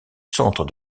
centre